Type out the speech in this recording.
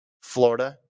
florida